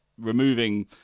removing